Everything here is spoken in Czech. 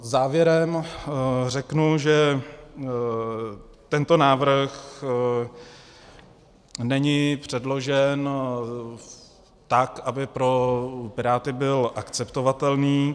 Závěrem řeknu, že tento návrh není předložen tak, aby pro Piráty byl akceptovatelný.